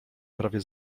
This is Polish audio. prawie